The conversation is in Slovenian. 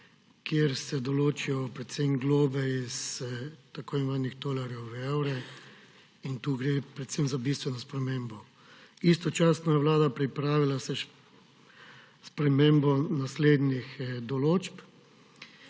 kjer se določijo predvsem globe iz tako imenovanih tolarjev v evre, in tu gre predvsem za bistveno spremembo. Istočasno je Vlada pripravila spremembo naslednjih določb.